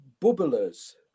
bubbler's